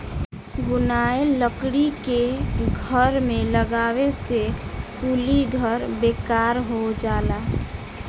घुनाएल लकड़ी के घर में लगावे से कुली घर बेकार हो जाला